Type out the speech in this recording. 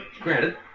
Granted